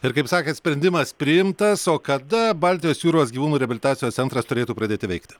ir kaip sakėt sprendimas priimtas o kada baltijos jūros gyvūnų reabilitacijos centras turėtų pradėti veikti